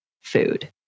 food